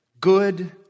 Good